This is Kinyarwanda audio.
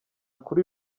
kuri